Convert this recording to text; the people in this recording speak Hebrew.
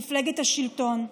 מפלגת השלטון.